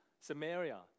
Samaria